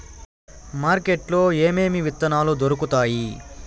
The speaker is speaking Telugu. మార్కెట్ లో ఏమేమి విత్తనాలు దొరుకుతాయి